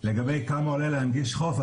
לגבי כמה עולה להנגיש חוף,